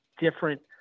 different